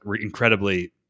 incredibly